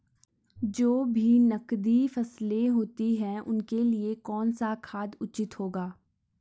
जो भी नकदी फसलें होती हैं उनके लिए कौन सा खाद उचित होगा?